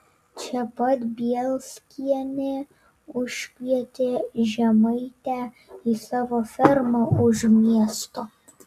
čia pat bielskienė užkvietė žemaitę į savo fermą už miesto